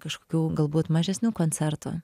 kažkokių galbūt mažesnių koncertų